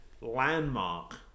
landmark